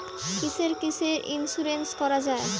কিসের কিসের ইন্সুরেন্স করা যায়?